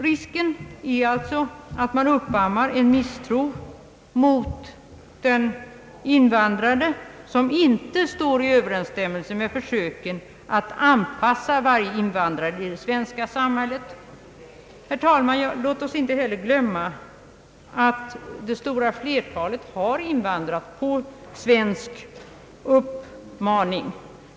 Risken är alltså att man uppammar en misstro mot invandraren som inte står i överensstämmelse med försöken att anpassa varje invandrare till det svenska samhället. Herr talman! Låt oss inte heller glömma att det stora flertalet har invandrat på svensk uppmaning.